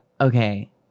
okay –